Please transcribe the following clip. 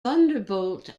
thunderbolt